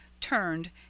turned